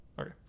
okay